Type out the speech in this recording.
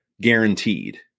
guaranteed